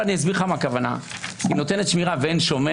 אני אסביר לך מה הכוונה: היא נותנת שמירה ואין שומר